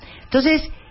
...entonces